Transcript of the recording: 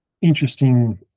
interesting